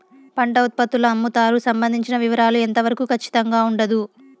పంట ఉత్పత్తుల అమ్ముతారు సంబంధించిన వివరాలు ఎంత వరకు ఖచ్చితంగా ఉండదు?